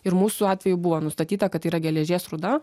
ir mūsų atveju buvo nustatyta kad yra geležies rūda